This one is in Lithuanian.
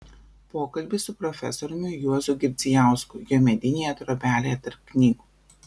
pokalbis su profesoriumi juozu girdzijausku jo medinėje trobelėje tarp knygų